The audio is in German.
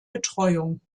betreuung